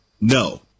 No